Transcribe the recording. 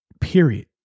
period